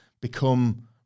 become